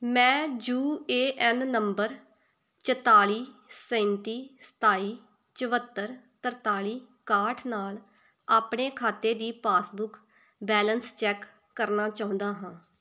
ਮੈਂ U A N ਨੰਬਰ ਚੁਤਾਲੀ ਸੈਂਤੀ ਸਤਾਈ ਚੁਹੱਤਰ ਤਰਤਾਲੀ ਇਕਾਹਠ ਨਾਲ ਆਪਣੇ ਖਾਤੇ ਦੀ ਪਾਸਬੁੱਕ ਬੈਲੇਂਸ ਚੈੱਕ ਕਰਨਾ ਚਾਹੁੰਦਾ ਹਾਂ